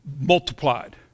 Multiplied